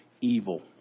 evil